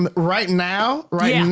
um right now? right and